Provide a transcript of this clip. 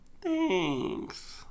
Thanks